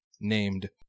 named